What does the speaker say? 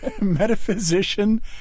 metaphysician